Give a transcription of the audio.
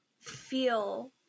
feel